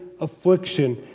affliction